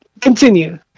continue